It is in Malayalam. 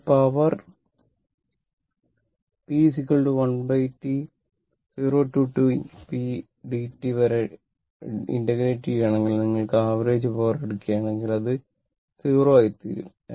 നിങ്ങൾ പവർ P 1T 0 മുതൽ T p dt വരെ എടുക്കുകയാണെങ്കിൽ നിങ്ങൾ ആവറേജ് പവർ എടുക്കുകയാണെങ്കിൽ അത് 0 ആയിത്തീരും